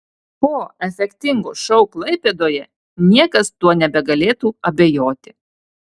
po efektingo šou klaipėdoje niekas tuo nebegalėtų abejoti